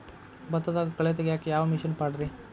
ಭತ್ತದಾಗ ಕಳೆ ತೆಗಿಯಾಕ ಯಾವ ಮಿಷನ್ ಪಾಡ್ರೇ?